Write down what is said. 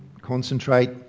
concentrate